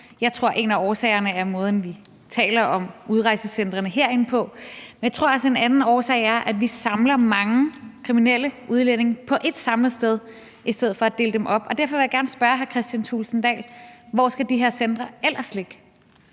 jeg tror, at en af årsagerne er måden, vi taler om udrejsecentrene på herinde, men jeg tror også, at en anden årsag er, at vi samler mange kriminelle udlændinge på ét sted i stedet for dele dem op. Derfor vil jeg gerne spørge hr. Kristian Thulesen Dahl: Hvor skal de her centre ellers ligge?